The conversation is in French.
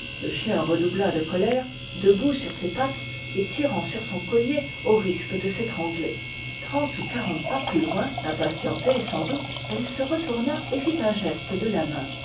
le chien redoubla de colère debout sur ses pattes et tirant sur son collier au risque de s'étrangler trente ou quarante pas plus loin impatientée sans doute elle se retourna et fit un geste de la main